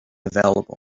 available